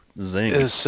zing